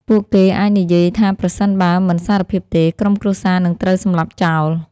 ពួកគេអាចនិយាយថាប្រសិនបើមិនសារភាពទេ ក្រុមគ្រួសារនឹងត្រូវសម្លាប់ចោល។